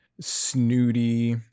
snooty